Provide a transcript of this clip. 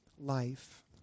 Life